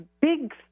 big